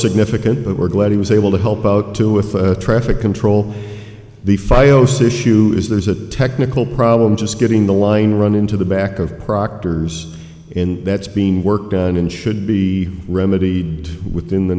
significant but we're glad he was able to help out too with traffic control the fi o c issue is there's a technical problem just getting the line run into the back of proctor's in that's being worked on in should be remedied within the